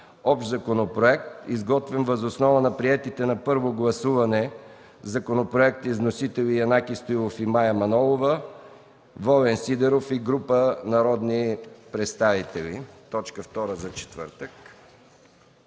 (Общ законопроект, изготвен въз основа на приетите на първо гласуване законопроекти с вносители – Янаки Стоилов и Мая Манолова, Волен Сидеров и група народни представители) – точка втора за четвъртък.